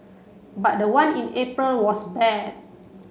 but the one in April was bad